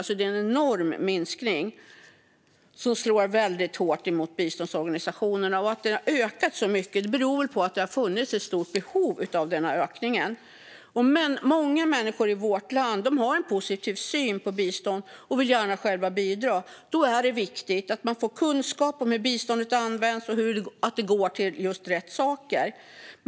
Det är alltså en enorm minskning, som slår väldigt hårt mot biståndsorganisationerna. Att det har ökat så mycket tidigare beror på att det funnits ett stort behov av denna ökning. Många människor i vårt land har en positiv syn på bistånd och vill gärna själva bidra. Då är det viktigt att man får kunskap om hur biståndet används och att det går till rätt saker.